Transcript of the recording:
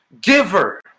giver